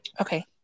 okay